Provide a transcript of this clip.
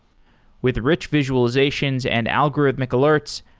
with rich visualizations and algorithmic alerts,